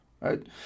right